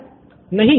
student 3 नहीं